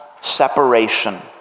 separation